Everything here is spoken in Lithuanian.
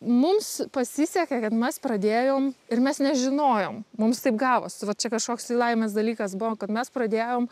mums pasisekė kad mes pradėjom ir mes nežinojom mums taip gavosi vat čia kažkoks tai laimės dalykas buvo kad mes pradėjom